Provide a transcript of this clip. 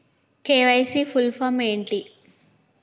KYC full form ఏంటి?